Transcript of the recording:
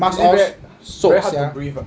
is it very very hard to breathe ah